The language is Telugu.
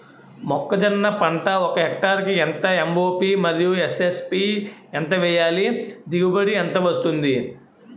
మొక్కజొన్న పంట ఒక హెక్టార్ కి ఎంత ఎం.ఓ.పి మరియు ఎస్.ఎస్.పి ఎంత వేయాలి? దిగుబడి ఎంత వస్తుంది?